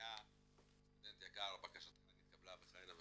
פניה "סטודנט יקר בקשתך נתקבלה" וכהנה וכהנה,